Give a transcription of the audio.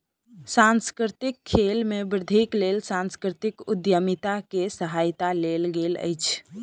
सांस्कृतिक खेल में वृद्धिक लेल सांस्कृतिक उद्यमिता के सहायता लेल गेल अछि